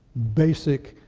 basic,